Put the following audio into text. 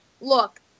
Look